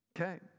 Okay